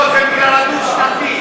לא, זה בגלל הדו-שנתי.